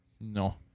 No